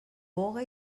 boga